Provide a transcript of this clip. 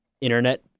internet